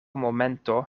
momento